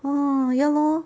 orh ya lor